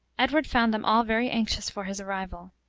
edward found them all very anxious for his arrival.